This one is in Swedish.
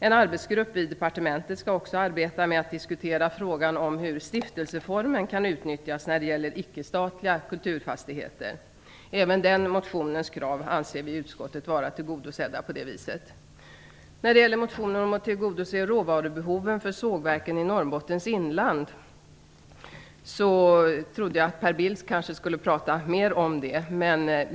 En arbetsgrupp i departementet skall också arbeta med att diskutera hur stiftelseformen kan utnyttjas när det gäller icke-statliga kulturfastigheter. Även den motionens krav anser vi i utskottet vara tillgodosedda på det viset. Jag trodde kanske att Per Bill skulle prata mer än han gjorde om motionen om att tillgodose råvarubehoven för sågverken i Norrbottens inland.